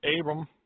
Abram